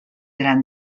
gran